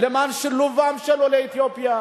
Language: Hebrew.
למען שילובם של עולי אתיופיה,